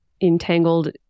entangled